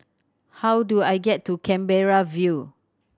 how do I get to Canberra View